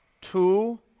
two